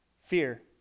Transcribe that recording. fear